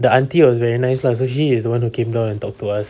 the auntie was very nice so she's the one who came down and talk to us